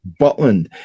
Butland